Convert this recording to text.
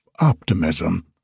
optimism